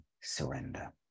surrender